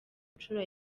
nshuro